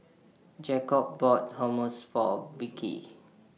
Jakob bought Hummus For Vickey